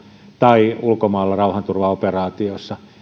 tai ulkomailla rauhanturvaoperaatiossa